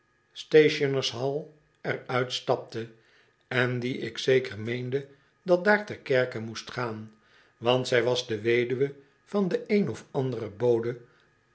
er uitstapte en die ik zeker meende dat daar ter kerke moest gaan want zij was de weduwe van den een of anderenbode